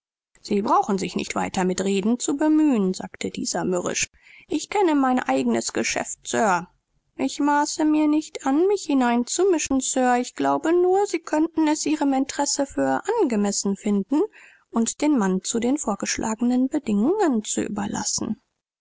sie brauchen sich keine mühe zu geben und weiter darüber zu sprechen sagte er mürrisch ich weiß am besten selbst was ich zu thun habe ich wollte mir nicht anmaßen mich in ihre angelegenheiten zu mischen sondern ich dachte nur sie würden es selbst ihrem interesse angemessen finden uns diesen mann unter den offerirten bedingungen zu überlassen